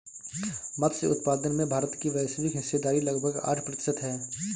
मत्स्य उत्पादन में भारत की वैश्विक हिस्सेदारी लगभग आठ प्रतिशत है